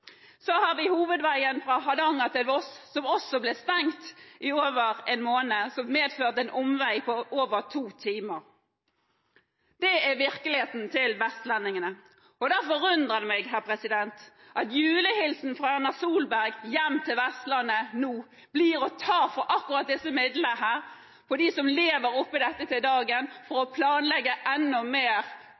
Så har vi hovedveien fra Hardanger til Voss, som også ble stengt i over en måned, noe som medførte en omvei på over to timer. Det er virkeligheten til vestlendingene. Da forundrer det meg at julehilsenen fra Erna Solberg hjem til Vestlandet, blir å ta fra akkurat disse midlene – fra dem som lever i dette til dagen – for å planlegge enda mer